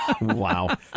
Wow